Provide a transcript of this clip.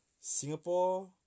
Singapore